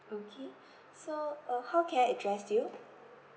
okay so uh how can I address you